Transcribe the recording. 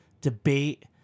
debate